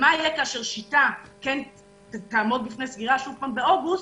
ומה יהיה כאשר "שיטה" תעמוד בפני סגירה שוב פעם באוגוסט,